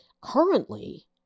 Currently